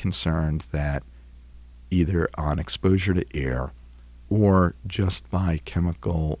concerned that either on exposure to air war just by chemical